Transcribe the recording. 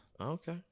Okay